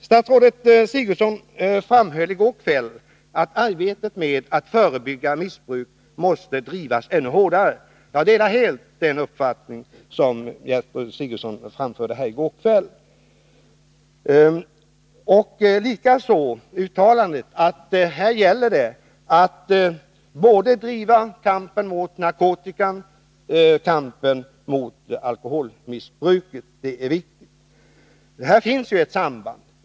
Statsrådet Sigurdsen framhöll i går kväll att arbetet med att förebygga missbruk måste drivas ännu hårdare. Jag delar helt den uppfattning som Gertrud Sigurdsen framförde här i går kväll. Jag instämmer också i uttalandet att det gäller att driva kampen både mot narkotikan och mot alkoholmissbruket. Detta är viktigt, för det finns ett samband.